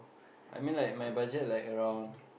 I mean like my budget like around